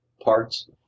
parts –